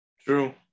True